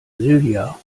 silja